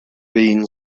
been